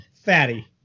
Fatty